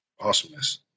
awesomeness